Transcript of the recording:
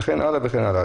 וכן הלאה וכן הלאה.